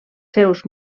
seus